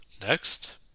Next